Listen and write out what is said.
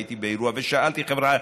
הייתי באירוע ושאלתי: חבריא,